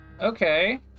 Okay